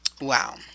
Wow